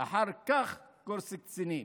אחר כך קורס קצינים".